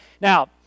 Now